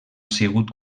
sigut